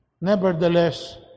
Nevertheless